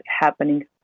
happening